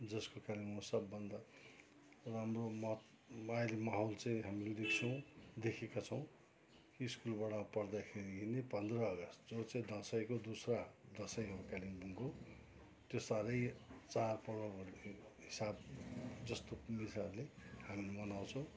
जसको कारण म सब भन्दा राम्रो मत मायलु माहौल चाहिँ हामीले देख्छौँ देखेका छौँ स्कुलबाट पढ्दाखेरि नै पन्ध्र अगस्ट जो चाहिँ दसैँको दुसरा दसैँ हो कालिम्पोङको त्यो साह्रै चाडपर्वको हिसाब जस्तो हामी मनाउँछौँ